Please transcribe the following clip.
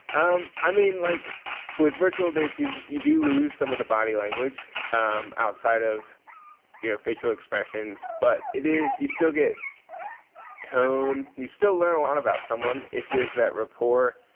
um i mean, like with virtual dates, you you do lose some of the body language um outside of your facial expressions. but it is you still get tone, you still learn a lot about someone. if there's that rapport,